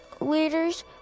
leaders